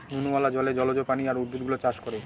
নুনওয়ালা জলে জলজ প্রাণী আর উদ্ভিদ গুলো চাষ করে